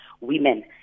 women